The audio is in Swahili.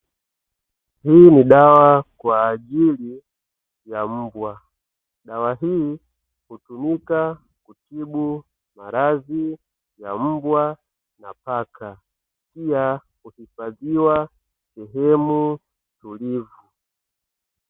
Hii ni dawa kwa ajili ya mbwa. Dawa hii hutumika kutibu maradhi ya mbwa na paka, pia huhifadhiwa sehemu tulivu.